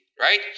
right